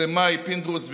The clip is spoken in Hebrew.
אז זה מאי, פינדרוס וינון,